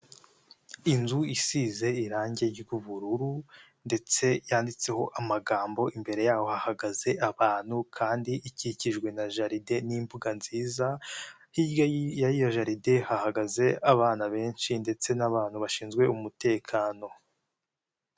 Inzu isize irangi ry'ubururu ndetse yanditseho amagambo imbere yaho hahagaze abantu kandi ikikijwe na jalide n'imbuga nziza hirya yiyo jaride hahagaze abana benshi ndetse n'abantu bashinzwe umutekano.